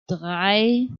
drei